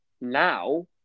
now